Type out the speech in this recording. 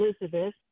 Elizabeth